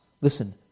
listen